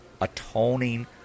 atoning